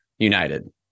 United